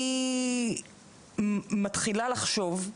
אני מתחילה לחשוב,